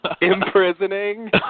Imprisoning